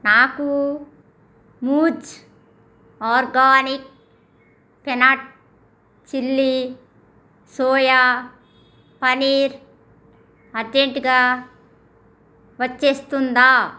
నాకు మూజ్ organic peanut chilli soya paneer అర్జెంటుగా వచ్చేస్తుందా